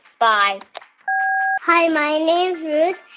bye hi, my name's ruth,